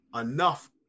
enough